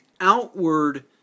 outward